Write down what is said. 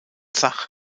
zach